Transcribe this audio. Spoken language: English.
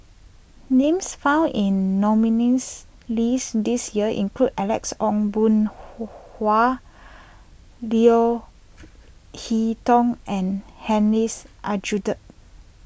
names found in the nominees' list this year include Alex Ong Boon Hau Leo Hee Tong and Hussein Aljunied